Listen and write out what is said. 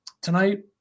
tonight